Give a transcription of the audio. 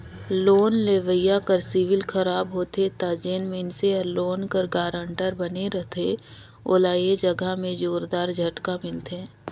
loan लेवइया कर civil खराब होथे ता जेन मइनसे हर लोन कर गारंटर बने रहथे ओला ए जगहा में जोरदार झटका मिलथे